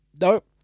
Nope